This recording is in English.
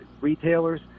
retailers